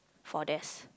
four desk